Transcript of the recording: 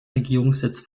regierungssitz